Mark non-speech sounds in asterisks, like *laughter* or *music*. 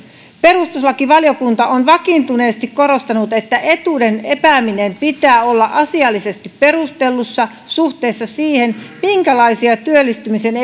perustuslakivaliokunta on vakiintuneesti korostanut että etuuden epäämisen pitää olla asiallisesti perustellussa suhteessa siihen minkälaisia työllistymisen *unintelligible*